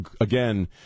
again